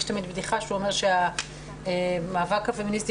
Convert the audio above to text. יש תמיד בדיחה שהוא אומר שהמאבק הפמיניסטי